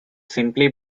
simply